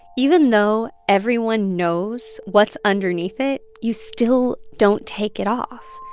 even though everyone knows what's underneath it, you still don't take it off.